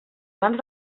abans